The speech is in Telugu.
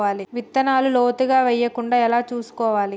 విత్తనాలు లోతుగా వెయ్యకుండా ఎలా చూసుకోవాలి?